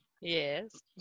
Yes